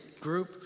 group